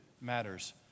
matters